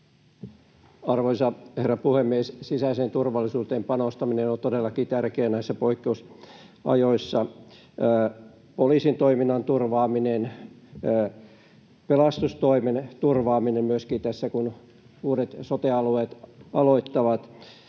Arvoisa herra puhemies! Sisäiseen turvallisuuteen panostaminen on todellakin tärkeää näinä poikkeusaikoina: poliisin toiminnan turvaaminen, myöskin pelastustoimen turvaaminen, kun uudet sote-alueet aloittavat,